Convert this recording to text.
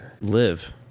live